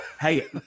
hey